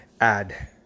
add